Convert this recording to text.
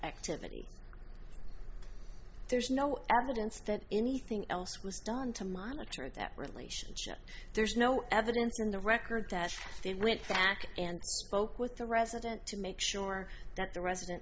activity there's no evidence that anything else was done to monitor that relationship there's no evidence in the record that they went back and poked with the resident to make sure that the resident